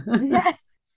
Yes